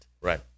Right